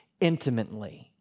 intimately